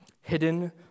hidden